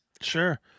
Sure